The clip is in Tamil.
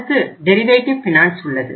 அடுத்து டெரிவேட்டிவ் ஃபினான்ஸ் உள்ளது